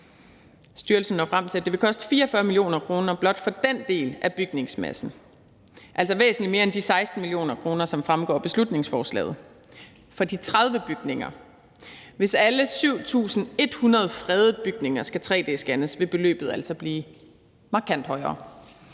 Styrelsen når frem til, at det vil koste 44 mio. kr. blot for den del af bygningsmassen, altså væsentlig mere end de 16 mio. kr., som fremgår af beslutningsforslaget, for de 30 bygninger. Hvis alle 7.100 fredede bygninger skal tre-d-scannes, vil beløbet altså blive markant højere.